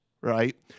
Right